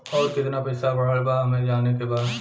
और कितना पैसा बढ़ल बा हमे जाने के बा?